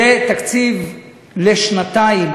זה תקציב מלא לשנתיים,